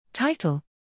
Title